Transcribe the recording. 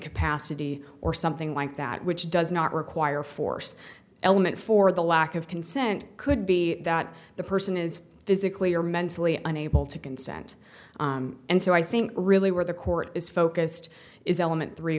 capacity or something like that which does not require force element for the lack of consent could be that the person is physically or mentally unable to consent and so i think really where the court is focused is element three